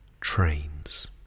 Trains